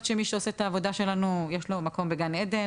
שמי שעושה את העבודה שלנו יש לו מקום בגן עדן,